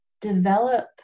develop